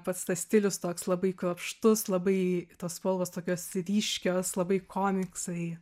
pats tas stilius toks labai kruopštus labai tos spalvos tokios ryškios labai komiksai